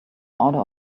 order